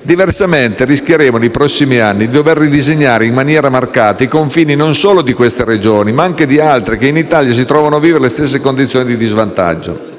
Diversamente rischieremo nei prossimi anni di dover ridisegnare in maniera marcata i confini non solo di queste Regioni ma anche di altre che in Italia si trovano a vivere la stessa condizione di svantaggio.